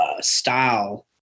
style